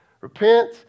Repent